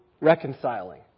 reconciling